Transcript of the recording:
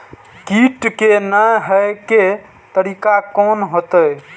कीट के ने हे के तरीका कोन होते?